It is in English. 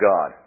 God